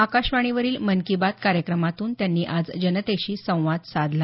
आकाशवाणीवरील मन की बात कार्यक्रमातून त्यांनी आज जनतेशी संवाद साधला